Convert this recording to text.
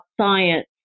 science